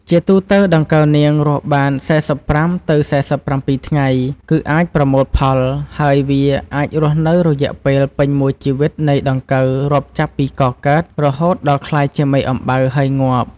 ជាទូទៅដង្កូវនាងរស់បាន៤៥ ទៅ៤៧ថ្ងៃ គឺអាចប្រមូលផល ហើយវាអាចរស់នៅរយៈពេលពេញមួយជីវិតនៃដង្កូវរាប់ចាប់ពីកកើត រហូតដល់ក្លាយជាមេអំបៅ ហើយងាប់។